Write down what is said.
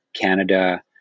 canada